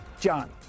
John